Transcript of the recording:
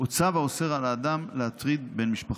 או צו האוסר על האדם להטריד את בן משפחתו.